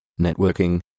Networking